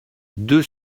deux